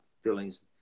feelings